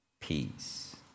peace